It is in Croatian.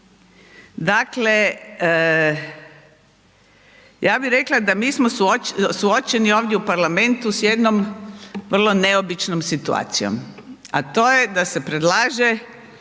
Dakle, ja bih rekao da mi smo suočeni ovdje u parlamentu s jednom vrlo neobičnom situacijom, a to je da se predlaže